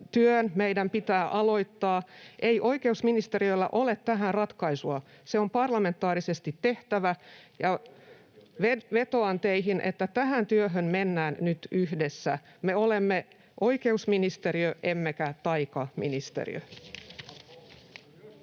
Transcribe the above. meidän pitää aloittaa. Ei oikeusministeriöllä ole tähän ratkaisua, se on parlamentaarisesti tehtävä. [Jussi Halla-ahon välihuuto] Ja vetoan teihin, että tähän työhön mennään nyt yhdessä. Me olemme oikeusministeriö emmekä taikaministeriö.